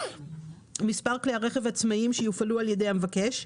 מספר כלי הרכב העצמאיים שיופעלו על ידי המבקש,